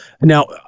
now